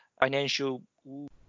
Financial